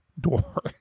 door